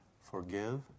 forgive